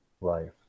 life